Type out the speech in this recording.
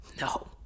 no